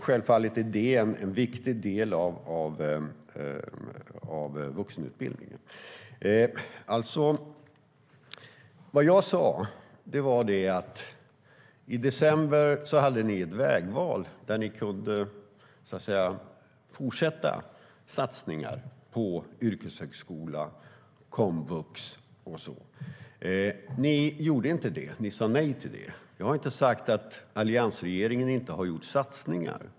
Självfallet är det en viktig del av vuxenutbildningen. Jag har inte sagt att alliansregeringen inte gjorde satsningar.